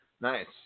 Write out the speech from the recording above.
nice